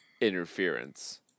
interference